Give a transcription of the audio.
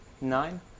Nine